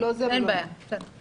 "עבודות בינוי ועבודת תשתית".